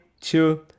two